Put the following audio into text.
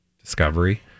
discovery